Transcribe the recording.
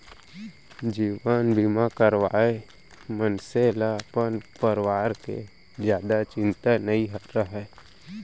जीवन बीमा करवाए मनसे ल अपन परवार के जादा चिंता नइ रहय